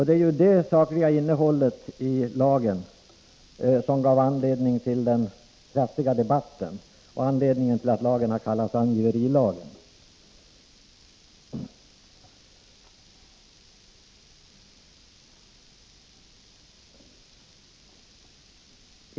Det var ju detta sakliga innehåll i lagen som gav anledning till den intensiva debatten och till att lagen kallades angiverilagen.